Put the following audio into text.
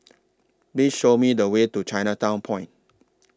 Please Show Me The Way to Chinatown Point